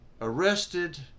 arrested